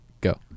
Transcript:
go